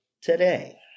today